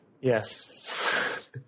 Yes